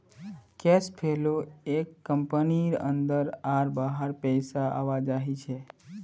cash flow एक कंपनीर अंदर आर बाहर पैसार आवाजाही छे